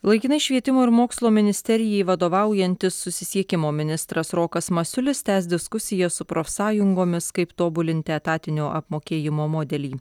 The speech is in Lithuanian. laikinai švietimo ir mokslo ministerijai vadovaujantis susisiekimo ministras rokas masiulis tęs diskusijas su profsąjungomis kaip tobulinti etatinio apmokėjimo modelį